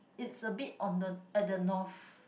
it's a bit on the at the north